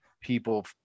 people